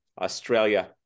Australia